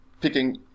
picking